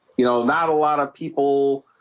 you know not a lot of people